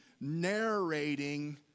narrating